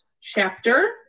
chapter